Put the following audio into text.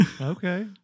Okay